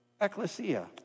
ecclesia